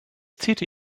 täte